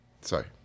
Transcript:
Sorry